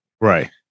Right